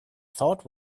thought